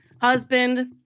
Husband